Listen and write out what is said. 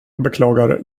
beklagar